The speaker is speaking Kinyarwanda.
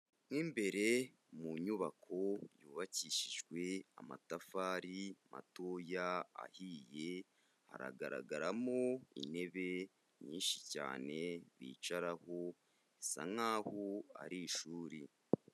Mo imbere mu nyubako yubakishijwe amatafari matoya ahiye, haragaragaramo intebe nyinshi cyane bicaraho; bisa nk'aho ari ishuri.